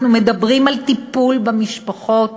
אנחנו מדברים על טיפול במשפחות